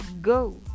go